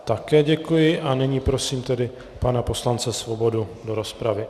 Také děkuji a nyní prosím pana poslance Svobodu do rozpravy.